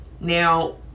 Now